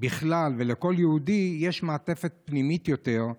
בכלל ולכל יהודי יש מעטפת פנימית יותר,